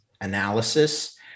analysis